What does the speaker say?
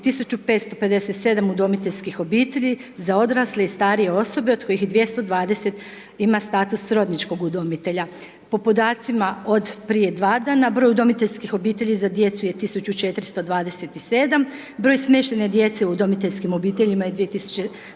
1557 udomiteljskih obitelji za odrasle i starije osobe od koji je 220 ima status srodničkog udomitelja. Po podacima od prije dva dana, broj udomiteljskih obitelji za djecu je 1427, broj smještene djece u udomiteljskim obiteljima je 2151,